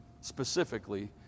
Specifically